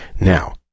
Now